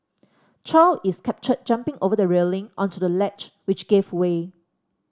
chow is captured jumping over the railing onto the ledge which gave way